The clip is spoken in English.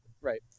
Right